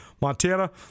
Montana